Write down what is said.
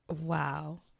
Wow